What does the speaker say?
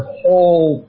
whole